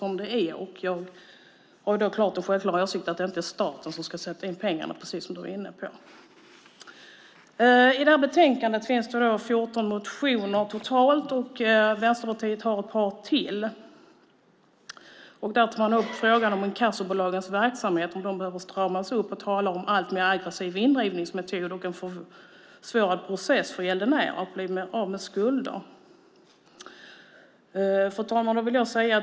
Självklart syftar jag på att det inte är staten som ska sätta in pengarna, precis som du var inne på. I det här betänkandet finns det 14 motioner totalt. Vänsterpartiet har ett par till. Där tar man upp frågan om inkassobolagens verksamhet behöver stramas upp och talar om alltmer aggressiva indrivningsmetoder och en försvårad process för gäldenären att bli av med skulder. Fru talman!